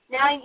Now